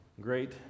great